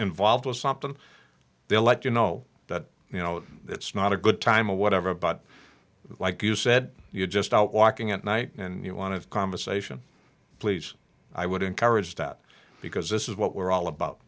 involved with something they'll let you know that you know it's not a good time of whatever but like you said you're just out walking at night and you want to conversation please i would encourage that because this is what we're all about